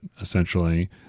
essentially